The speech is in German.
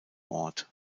ort